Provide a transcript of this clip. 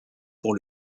pour